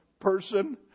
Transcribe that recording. person